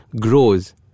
grows